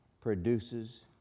produces